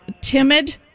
timid